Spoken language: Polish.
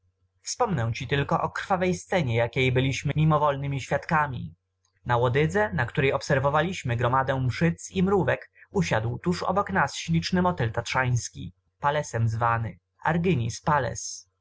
wspomnę ci tylko o krwawej scenie jakiej byliśmy mimowolnymi świadkami na łodydze na której obserwowaliśmy gromadkę mszyc i mrówek usiadł tuż obok nas śliczny motyl tatrzański palesem zwany argynis pales